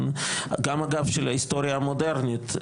גם אגב של היסטוריה מודרנית,